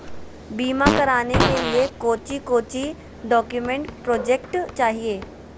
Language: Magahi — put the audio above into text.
बीमा कराने के लिए कोच्चि कोच्चि डॉक्यूमेंट प्रोजेक्ट चाहिए?